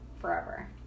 forever